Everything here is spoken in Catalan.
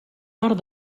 part